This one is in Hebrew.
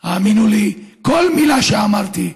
האמינו לי, כל מילה שאמרתי.